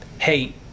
Hey